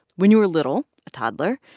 when you were little, a toddler,